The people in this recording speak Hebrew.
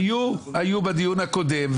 היו בדיון הקודם.